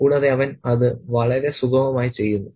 കൂടാതെ അവൻ അത് വളരെ സുഗമമായി ചെയ്യുന്നു